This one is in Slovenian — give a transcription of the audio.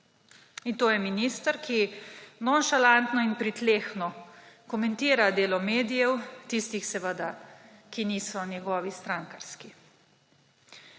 In to je minister, ki nonšalantno in pritlehno komentira delo medijev, tistih seveda, ki niso njegovi strankarski.